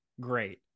Great